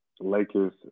Lakers